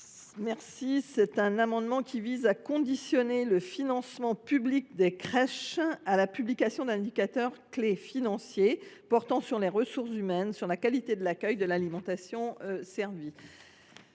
Houerou. Cet amendement vise à conditionner le financement public des crèches à la publication d’indicateurs clés financiers, portant sur les ressources humaines, sur la qualité de l’accueil ou de l’alimentation servie.